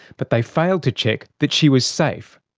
but they failed to check that she was safe,